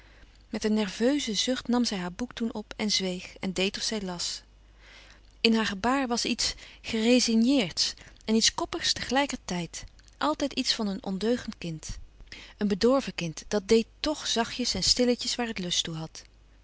met een nerveuzen zucht nam zij haar boek toen op en zweeg en deed of zij las in haar gebaar was iets gerezigneerds en iets koppigs tegelijkertijd altijd iets van een ondeugend kind een bedorven kind dat deed tch zachtjes en stilletjes waar het lust toe had